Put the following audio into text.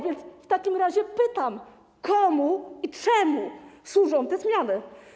W takim razie pytam: Komu i czemu służą te zmiany?